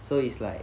so it's like